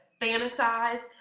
fantasize